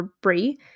Brie